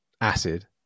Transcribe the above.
acid